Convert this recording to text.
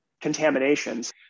contaminations